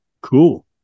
cool